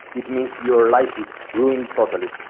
it means your life is ruined totally,